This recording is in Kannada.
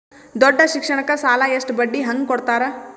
ದೊಡ್ಡ ಶಿಕ್ಷಣಕ್ಕ ಸಾಲ ಎಷ್ಟ ಬಡ್ಡಿ ಹಂಗ ಕೊಡ್ತಾರ?